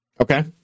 Okay